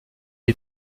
est